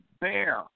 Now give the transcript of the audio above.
bear